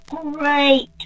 great